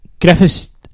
Griffiths